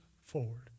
forward